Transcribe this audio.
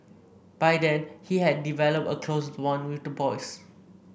by then he had developed a close bond with the boys